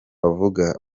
avuga